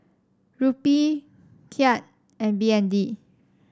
Rupee Kyat and B N D